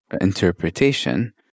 interpretation